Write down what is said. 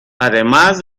además